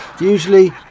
Usually